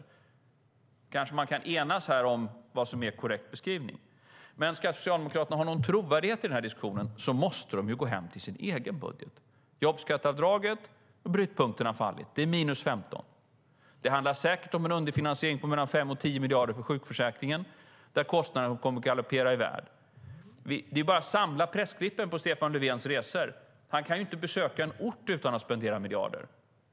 Då kanske man kan enas om vad som är en korrekt beskrivning. Ska Socialdemokraterna ha någon trovärdighet i den här diskussionen måste de gå hem till sin egen budget. Jobbskatteavdraget och brytpunkten har fallit. Det är minus 15 miljarder. Det handlar säkert om en underfinansiering på 5-10 miljarder för sjukförsäkringen, där kostnaderna kommer att galoppera i väg. Det är bara att samla pressklippen från Stefan Löfvens resor. Han kan ju inte besöka en ort utan att spendera miljarder.